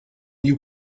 you